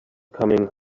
coming